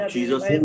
Jesus